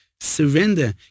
surrender